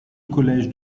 collège